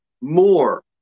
more